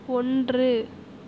ஒன்று